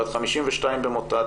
בת 52 במותה,